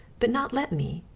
but not let me.